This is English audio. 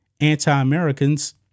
anti-Americans